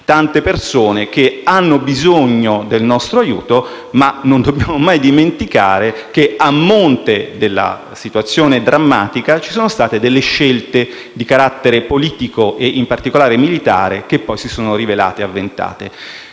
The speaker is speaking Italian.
tante persone che hanno bisogno del nostro aiuto. Non dobbiamo mai dimenticare che a monte di tale situazione drammatica ci sono state scelte di carattere politico e in particolare militare che poi si sono rivelate avventate.